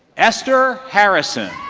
esther harrison.